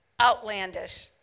outlandish